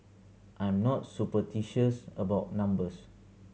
I'm not superstitious about numbers